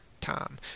time